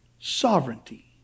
sovereignty